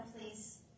please